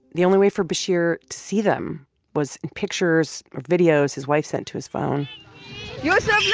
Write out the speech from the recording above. the only way for bashir to see them was pictures or videos his wife sent to his phone yeah so yeah